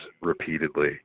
repeatedly